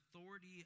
authority